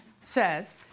says